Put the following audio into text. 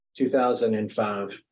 2005